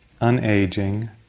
unaging